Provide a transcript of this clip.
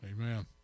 Amen